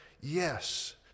yes